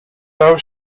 dał